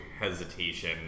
hesitation